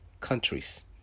countries